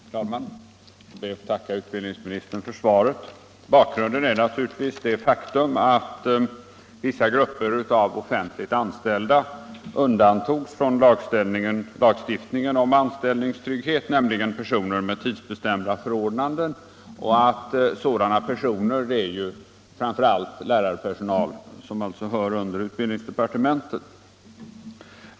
Herr talman! Jag ber att få tacka utbildningsministern för svaret. Bakgrunden till min fråga är naturligtvis det faktum att vissa grupper av offentligt anställda undantogs från lagstiftningen om anställningstrygghet, nämligen personer med tidsbestämda förordnanden. Det gäller framför allt lärarpersonal, som hör under utbildningsdepartementet.